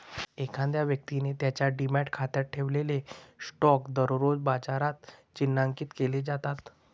एखाद्या व्यक्तीने त्याच्या डिमॅट खात्यात ठेवलेले स्टॉक दररोज बाजारात चिन्हांकित केले जातात